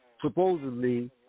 supposedly